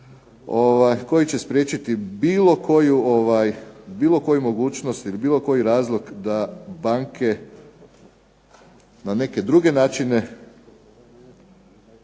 koji će spriječiti bilo koju mogućnost ili bilo koji razlog da banke na neke druge načine